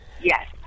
Yes